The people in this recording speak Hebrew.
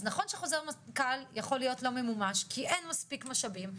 אז נכון שחוזר מנכ"ל יכול להיות לא ממומש כי אין מספיק משאבים,